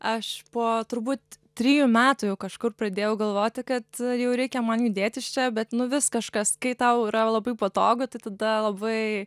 aš po turbūt trijų metų jau kažkur pradėjau galvoti kad jau reikia man judėt iš čia bet nu vis kažkas kai tau yra labai patogu tai tada labai